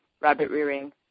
rabbit-rearing